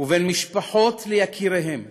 ובין משפחות ליקיריהן,